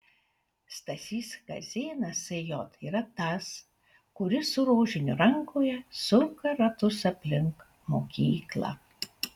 stasys kazėnas sj yra tas kuris su rožiniu rankoje suka ratus aplink mokyklą